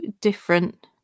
different